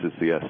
yes